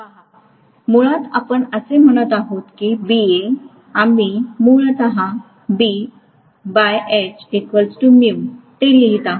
पहा मुळात आम्ही असे म्हणत आहोत की BA आम्ही मूलत ते लिहित आहोत